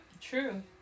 True